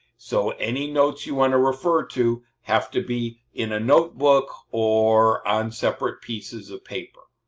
so any notes you want to refer to have to be in a notebook or on separate pieces of paper.